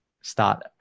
start